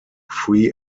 free